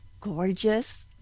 gorgeous